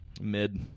mid